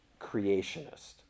creationist